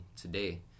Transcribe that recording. today